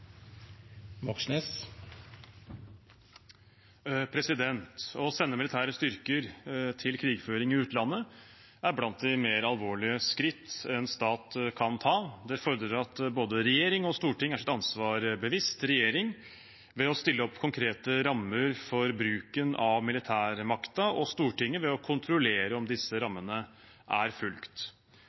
blant de mer alvorlige skritt en stat kan ta. Det fordrer at både regjering og storting er seg sitt ansvar bevisst – regjering ved å sette konkrete rammer for bruken av militærmakten og Stortinget ved å kontrollere om disse rammene er fulgt.